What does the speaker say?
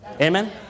Amen